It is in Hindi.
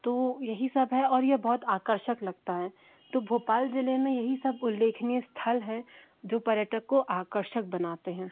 तो यही सब है और यह बहुत आकर्षक लगता है तो भोपाल ज़िले में यही सब उल्लेखनीय स्थल हैं जो पर्यटन को आकर्षक बनाते हैं